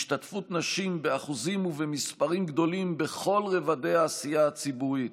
השתתפות נשים באחוזים ובמספרים גדולים בכל רובדי העשייה הציבורית